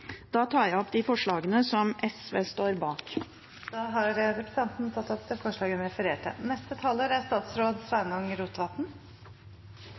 tar opp SVs forslag. Da har representanten Karin Andersen tatt opp det forslaget hun refererte til. Det er